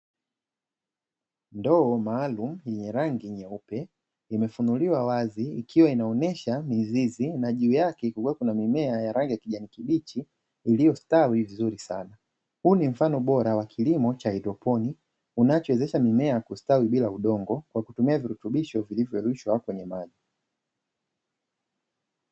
Ndoo maalumu yenye rangi nyeupe imefunuliwa wazi ikiwa inaonyesha mizizi na juu yake, kukiwa na mimea ya rangi ya kijani kibichi iliyostawi vizuri sana. Huu ni mfano bora wa kilimo cha haidroponi unachowezesha mimea kustawi bila udongo, kwa kutumia virutubisho vilivyoyeyushwa kwenye maji.